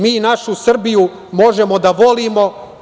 Mi našu Srbiju možemo da volimo.